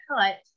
cut